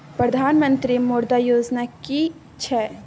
प्रधानमंत्री मुद्रा योजना कि छिए?